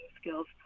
skills